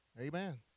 Amen